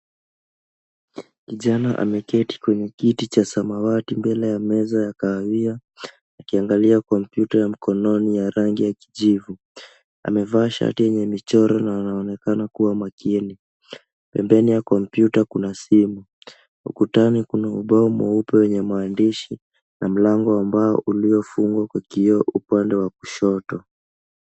Kijana ameketi kwenye kiti cha samawati mbele ya meza ya kahawia, akiangalia kompyuta ya mkononi ya rangi ya kijivu. Amevaa shati kwenye michoro na anaonekana kuwa makini. Pembeni ya kompyuta kuna simu. Ukutani kuna ubao mweupe wenye maandishi, na mlango ambao uliofungwa kwa kioo upande wa kushoto.